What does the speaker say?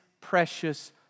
precious